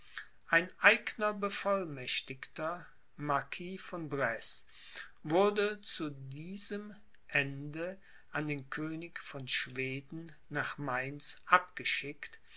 ein eigner bevollmächtigter marquis von breze wurde zu diesem ende an den könig von schweden nach mainz abgeschickt